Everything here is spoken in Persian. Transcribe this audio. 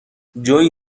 جویی